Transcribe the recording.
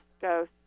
go